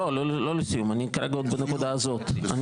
לא, לא לסיום, אני כרגע עוד בנקודה הזאת.